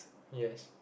yes